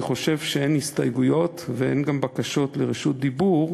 אני חושב שאין הסתייגויות ואין גם בקשות לרשות דיבור.